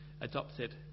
adopted